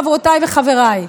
חברותיי וחבריי,